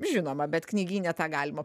žinoma bet knygyne tą galima